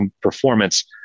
performance